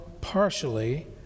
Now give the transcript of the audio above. partially